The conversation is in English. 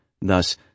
Thus